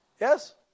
Yes